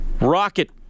Rocket